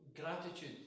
Gratitude